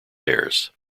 hairs